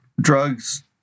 drugs